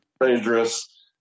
dangerous